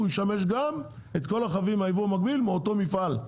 זה ישמש את כל הרכבים מהייבוא המקביל מאותו מפעל.